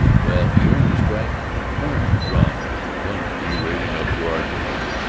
well, during the strike clarence drum comes pee-rading up to our table,